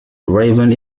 raven